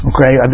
Okay